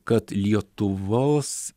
kad lietuvos